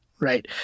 right